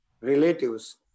relatives